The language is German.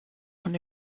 von